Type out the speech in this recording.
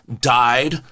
died